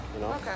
Okay